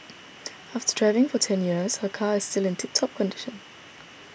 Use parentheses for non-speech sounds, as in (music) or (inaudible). (noise) after driving for ten years her car is still in tip top condition